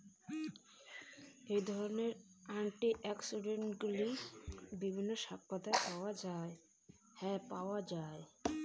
এই ধরনের অ্যান্টিঅক্সিড্যান্টগুলি বিভিন্ন শাকপাতায় পাওয়া য়ায়